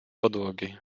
podłogi